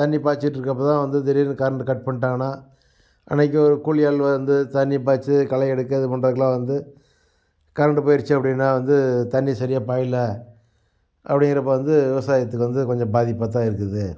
தண்ணி பாய்ச்சிட்ருக்கப்ப தான் வந்து திடீர்னு கரண்ட் கட் பண்ணிட்டாங்கனா அன்றைக்கு ஒரு கூலி ஆள் வந்து தண்ணி பாய்ச்சி களை எடுக்க இது பண்ணுறதுக்குலாம் வந்து கரண்டு போயிடுச்சு அப்படினா வந்து தண்ணி சரியாக பாயலை அப்படிங்கிறப்ப வந்து விவசாயத்துக்கு வந்து கொஞ்சம் பாதிப்பாக தான் இருக்குது